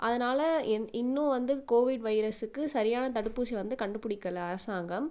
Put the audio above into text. அதனால் இன் இன்னும் வந்து கோவிட் வைரஸுக்கு சரியான தடுப்பூசி வந்து கண்டுபிடிக்கல அரசாங்கம்